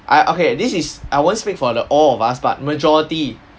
I okay this is I won't speak for the all of us but majority